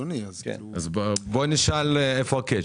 איפה ה-catch?